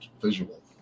visual